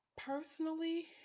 Personally